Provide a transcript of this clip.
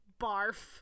barf